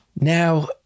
Now